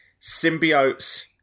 symbiotes